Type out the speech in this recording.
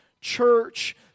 church